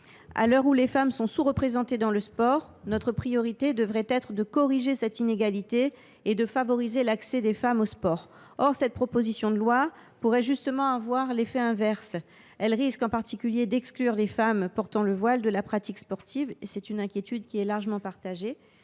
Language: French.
À l’heure où les femmes sont sous représentées dans le sport, notre priorité devrait être de corriger cette inégalité et de favoriser l’accès des femmes au sport. Or cette proposition de loi pourrait justement avoir l’effet inverse. Elle risque en particulier d’exclure les femmes portant le voile de la pratique sportive. C’est une inquiétude qui est largement partagée.